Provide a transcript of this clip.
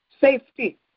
safety